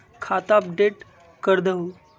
खाता अपडेट करदहु?